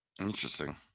Interesting